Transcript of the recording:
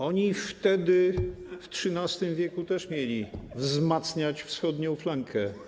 Oni wtedy, w XIII w., też mieli wzmacniać wschodnią flankę.